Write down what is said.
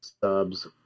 subs